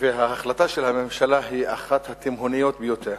וההחלטה של הממשלה היא אחת התימהוניות ביותר.